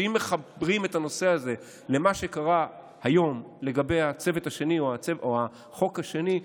שאם מחברים את הנושא הזה למה שקרה היום לגבי הצוות השני או החוק השני,